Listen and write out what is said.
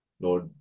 Lord